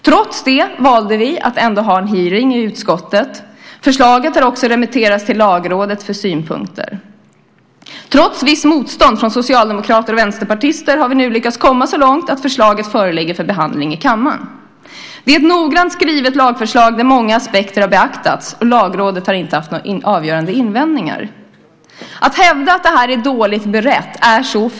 Trots det valde vi att ha en hearing i utskottet. Förslaget har också remitterats till Lagrådet för synpunkter. Trots visst motstånd från socialdemokrater och vänsterpartister har vi nu lyckats komma så långt att förslaget föreligger för behandling i kammaren. Det är ett noggrant skrivet lagförslag där många aspekter har beaktats. Lagrådet har inte haft några avgörande invändningar. Att hävda att det här är dåligt berett är fel.